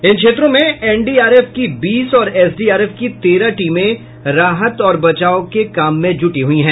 इन क्षेत्रों में एनडीआरएफ की बीस और एसडीआरएफ की तेरह टीमें राहत और बचाव कार्य में जुटी हुई है